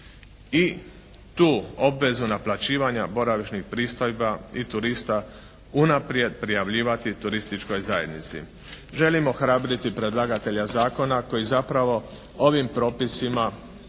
i tu obvezu naplaćivanja boravišnih pristojba i turista unaprijed prijavljivati turističkoj zajednici. Želim ohrabriti predlagatelja zakona koji zapravo ovim propisima dovršava